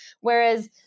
Whereas